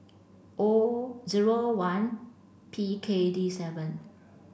O zero one P K D seven